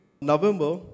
November